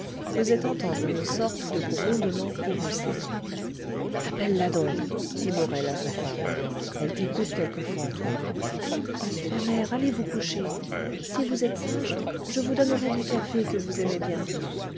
faisait entendre une sorte de grondement courroucé appelle la donc dit morel à sa femme elle t'écoute quelquefois toi ma mère allez vous coucher si vous êtes sage je vous donnerai du café que vous aimez bien